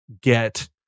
get